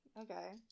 Okay